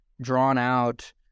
drawn-out